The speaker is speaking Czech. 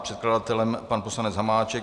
Předkladatelem je pan poslanec Hamáček.